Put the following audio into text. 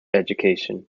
education